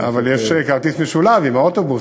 אבל יש כרטיס משולב עם האוטובוס.